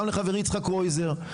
גם לחברי יצחק קרויזר,